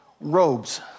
robes